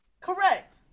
Correct